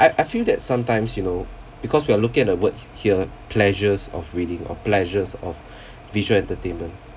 I I feel that sometimes you know because we are looking at the words here pleasures of reading or pleasures of visual entertainment